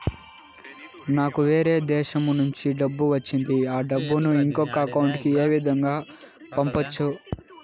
నాకు వేరే దేశము నుంచి డబ్బు వచ్చింది ఆ డబ్బును ఇంకొక అకౌంట్ ఏ విధంగా గ పంపొచ్చా?